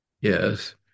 Yes